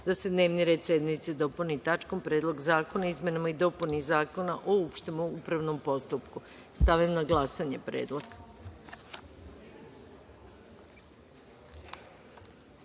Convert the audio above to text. da se dnevni red sednice dopuni tačkom - Predlog zakona o izmenama i dopuni Zakona o opštem upravnom postupku. Stavljam na glasanje